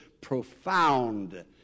profound